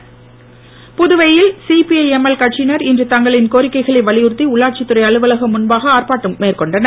ஆர்ப்பாட்டம் புதுவையில் CPI ML கட்சியினர் இன்று தங்களின் கோரிக்கைகளை வலியுறுத்தி உள்ளாட்சித் துறை அலுவலகம் முன்பாக ஆர்ப்பாட்டம் மேற்கொண்டனர்